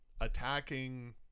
attacking